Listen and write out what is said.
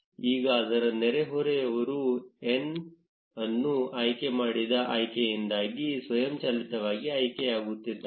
ಈಗ ಅದರ ನೆರೆಹೊರೆಯವರು n ಅನ್ನು ಆಯ್ಕೆ ಮಾಡಿದ ಆಯ್ಕೆಯಿಂದಾಗಿ ಸ್ವಯಂಚಾಲಿತವಾಗಿ ಆಯ್ಕೆಯಾಗುತ್ತಿದ್ದಾರೆ